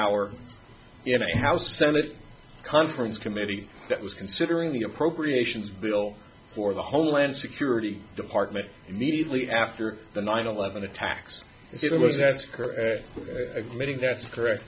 hour in a house senate conference committee that was considering the appropriations bill for the homeland security department immediately after the nine eleven attacks it was that's correct admitting that's correct